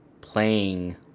playing